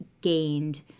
gained